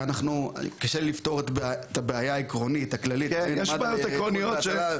קטונתי מלפתור את הבעיה הכללית והעקרונית בין מד"א לאיחוד הצלה,